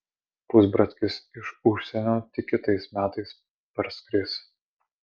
pusbratkis iš užsienio tik kitais metais parskris